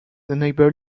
unable